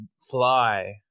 fly